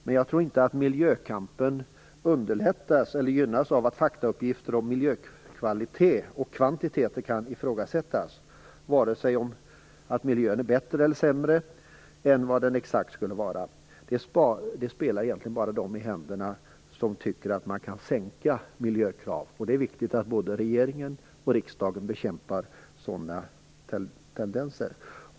Men jag tror inte att miljökampen underlättas eller gynnas av att faktauppgifter om miljökvalitet och kvantitet kan ifrågasättas, vare sig det handlar om att miljön är bättre eller sämre än vad den exakt är. Det spelar egentligen bara dem i händerna som tycker att man kan sänka miljökraven. Det är viktigt att både riksdagen och regeringen bekämpar sådana tendenser.